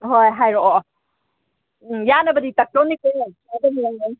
ꯍꯣꯏ ꯍꯥꯏꯔꯛꯑꯣ ꯎꯝ ꯌꯥꯅꯕꯗꯤ ꯇꯛꯇꯧꯅꯤꯀꯣ